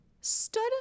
stood